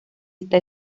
esta